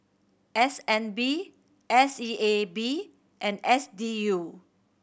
S N B S E A B and S D U